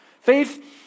Faith